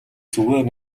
зүгээр